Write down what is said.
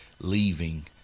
leaving